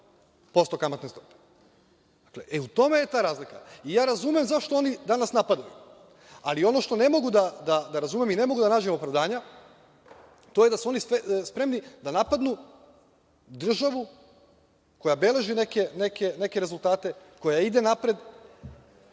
posto kamatne stope. U tome je ta razlika. Ja razumem zašto oni danas napadaju, ali ono što ne mogu da razumem i ne mogu da nađem opravdanja to je da su oni spremni da napadnu državu koja beleži neke rezultate, koja ide napred,